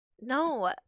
No